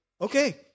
Okay